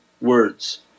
words